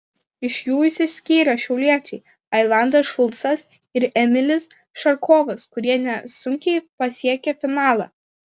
iš jų išsiskyrė šiauliečiai ailandas šulcas ir emilis šarkovas kurie nesunkiai pasiekė finalą